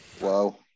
Wow